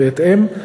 ובהתאם,